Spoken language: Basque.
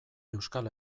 euskal